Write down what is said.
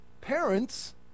parents